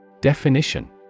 Definition